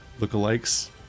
lookalikes